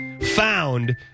found